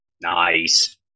Nice